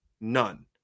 None